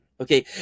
Okay